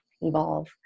evolve